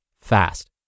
fast